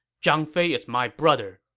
zhang fei is my brother.